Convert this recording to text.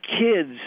kids